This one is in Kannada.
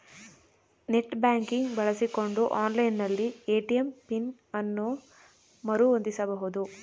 ನೆಟ್ ಬ್ಯಾಂಕಿಂಗ್ ಬಳಸಿಕೊಂಡು ಆನ್ಲೈನ್ ನಲ್ಲಿ ಎ.ಟಿ.ಎಂ ಪಿನ್ ಅನ್ನು ಮರು ಹೊಂದಿಸಬಹುದು